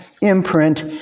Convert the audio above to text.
imprint